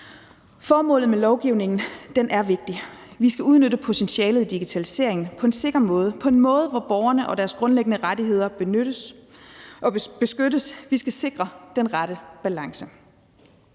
Formålet med lovgivningen er vigtig: Vi skal udnytte potentialet i digitaliseringen på en sikker måde – på en måde, hvor borgerne og deres grundlæggende rettigheder beskyttes. Vi skal sikre den rette balance.